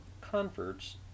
converts